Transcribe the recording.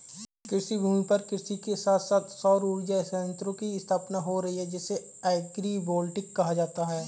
कृषिभूमि पर कृषि के साथ साथ सौर उर्जा संयंत्रों की स्थापना हो रही है जिसे एग्रिवोल्टिक कहा जाता है